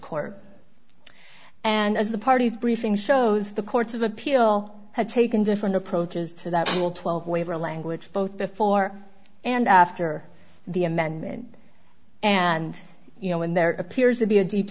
court and as the party's briefing shows the courts of appeal have taken different approaches to that rule twelve waiver language both before and after the amendment and you know when there appears to be a deep